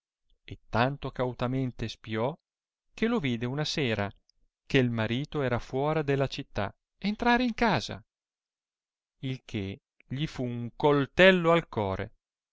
e tanto cautamente spiò che lo vide una sera che marito era fuora della città entrare in casa il che gli fu un coltello al core